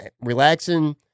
relaxing